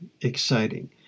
exciting